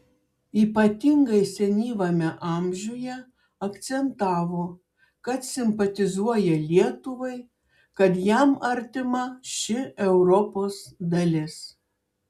ypatingai senyvame amžiuje akcentavo kad simpatizuoja lietuvai kad jam artima šį europos dalis